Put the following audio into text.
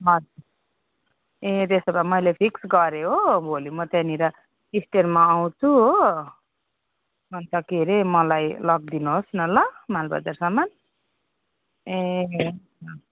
हजुर ए त्यसोभए मैले फिक्स गरेँ हो भोलि म त्यहाँनिर स्ट्यान्डमा आउँछु हो अनि त के अरे मलाई लगिदिनुहोस् न ल मलबजारसम्मन ए